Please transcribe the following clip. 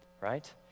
Right